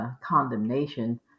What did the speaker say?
condemnation